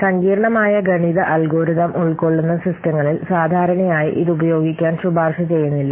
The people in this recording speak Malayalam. സങ്കീർണ്ണമായ ഗണിത അൽഗോരിതം ഉൾക്കൊള്ളുന്ന സിസ്റ്റങ്ങളിൽ സാധാരണയായി ഇത് ഉപയോഗിക്കാൻ ശുപാർശ ചെയ്യുന്നില്ല